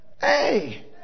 Hey